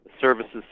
services